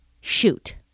shoot